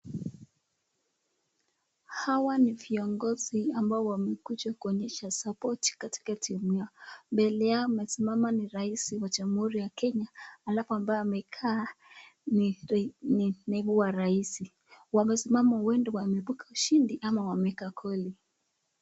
Hawa ni viongozi ambao wamekuja kuonyesha support katika timu yao mbele anayesimama ni rais wa jamhuri ya Kenya alafu ambaye amekaa ni huu wa raisi wamesimama huenda wamepata ushindi ama wameeka goli.